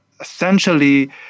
Essentially